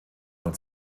uns